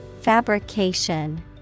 Fabrication